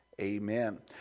Amen